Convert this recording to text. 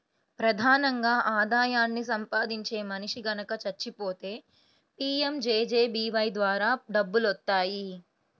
ప్రధానంగా ఆదాయాన్ని సంపాదించే మనిషి గనక చచ్చిపోతే పీయంజేజేబీవై ద్వారా డబ్బులొత్తాయి